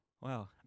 Wow